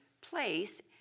place